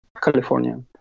California